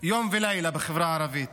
יום ולילה בחברה הערבית